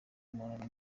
umuntu